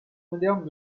modernes